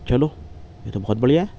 چلو یہ تو بہت بڑھیا ہے